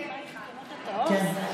כן, כן.